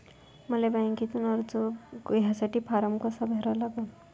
मले बँकेमंधून कर्ज घ्यासाठी फारम कसा भरा लागन?